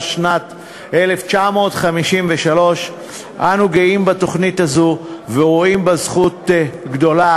שנת 1953. אנו גאים בתוכנית הזו ורואים בה זכות גדולה.